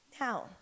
Now